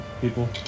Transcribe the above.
people